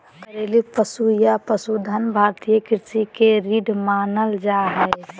घरेलू पशु या पशुधन भारतीय कृषि के रीढ़ मानल जा हय